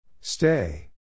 Stay